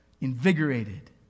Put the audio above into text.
invigorated